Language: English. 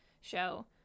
show